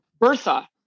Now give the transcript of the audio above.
Bertha